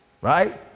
right